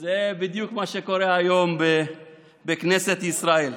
זה בדיוק מה שקורה היום בכנסת ישראל.